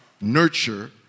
nurture